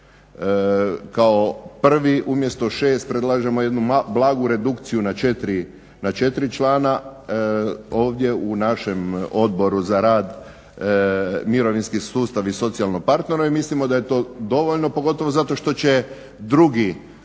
Kao prvi umjesto 6 predlažemo jednu blagu redukciju na 4 člana, ovdje u našem Odboru za rad, mirovinski sustav i socijalno partnerstvo i mislimo da je to dovoljno, pogotovo zato što će drugi